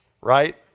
right